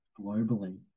Globally